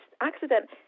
accident